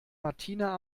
martina